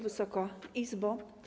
Wysoka Izbo!